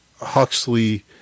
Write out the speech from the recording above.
Huxley